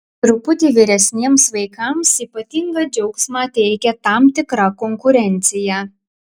truputį vyresniems vaikams ypatingą džiaugsmą teikia tam tikra konkurencija